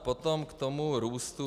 Potom k tomu růstu.